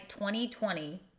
2020